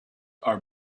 are